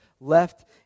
left